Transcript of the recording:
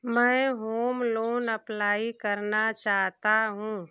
मैं home loan apply करना चाहता हूँ